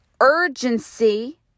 urgency